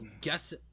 guess